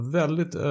väldigt